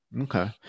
Okay